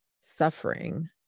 suffering